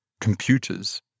computers